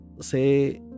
say